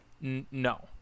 No